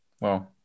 wow